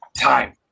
time